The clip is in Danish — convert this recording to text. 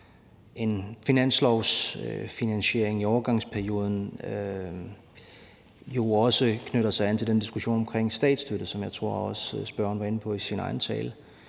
en finanslovsfinansiering i overgangsperioden, knytter jo også an til den diskussion om statsstøtte, som jeg tror at også spørgeren var inde på i sin egen tale.